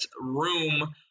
Room